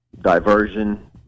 diversion